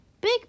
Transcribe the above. big